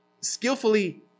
skillfully